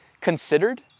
considered